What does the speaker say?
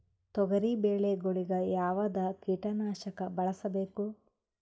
ತೊಗರಿಬೇಳೆ ಗೊಳಿಗ ಯಾವದ ಕೀಟನಾಶಕ ಬಳಸಬೇಕು?